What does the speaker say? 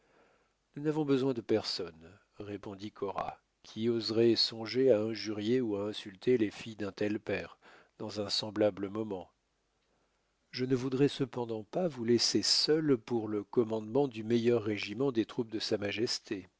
nous n'avons besoin de personne répondit cora qui oserait songer à injurier ou à insulter les filles d'un tel père dans un semblable moment je ne voudrais cependant pas vous laisser seules pour le commandement du meilleur régiment des troupes de sa majesté